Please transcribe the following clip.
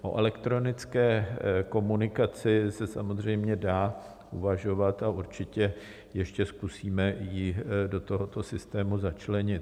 O elektronické komunikaci se samozřejmě dá uvažovat a určitě ještě zkusíme ji do tohoto systému začlenit.